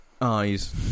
eyes